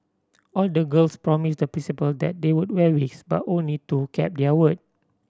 all the girls promised the Principal that they would wear wigs but only two kept their word